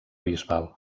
bisbal